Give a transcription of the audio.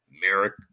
Merrick